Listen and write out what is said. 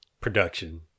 production